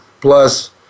plus